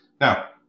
Now